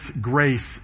grace